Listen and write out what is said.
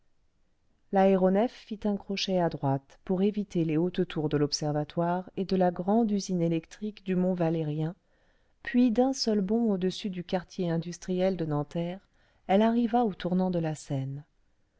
l'aéronef fit un crochet à droite pour éviter les hautes tours de l'observatoire et de la grande usine électrique du mont valérien puis d'un seul bond au-dessus du quartier industriel de nanterre elle arriva au tournant de la seine